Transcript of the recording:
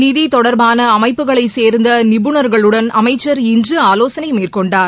நிதி தொடர்பான அமைப்புகளைச் சேர்ந்த நிபுணர்களுடன் அமைச்சர் இன்று ஆவோசனை மேற்கொண்டார்